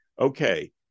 okay